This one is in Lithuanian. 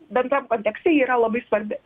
bendram kontekste ji yra labai svarbi